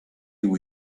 you